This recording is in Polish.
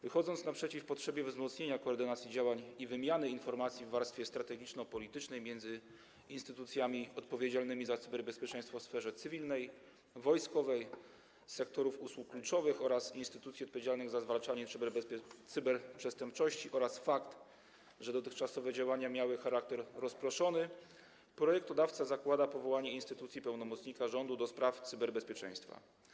Wychodząc naprzeciw potrzebie wzmocnienia koordynacji działań i wymiany informacji w warstwie strategiczno-politycznej między instytucjami odpowiedzialnymi za cyberbezpieczeństwo w sferze cywilnej, wojskowej, sektorów usług kluczowych oraz instytucji odpowiedzialnych za zwalczanie cyberprzestępczości oraz biorąc pod uwagę fakt, że dotychczasowe działania miały charakter rozproszony, projektodawca zakłada powołanie instytucji pełnomocnika rządu do spraw cyberbezpieczeństwa.